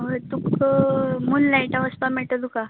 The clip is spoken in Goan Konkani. ह तुक मुनलायटा वसपा मेळटा तुका